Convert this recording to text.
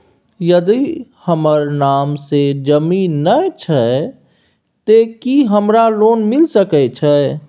यदि हमर नाम से ज़मीन नय छै ते की हमरा लोन मिल सके छै?